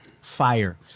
Fire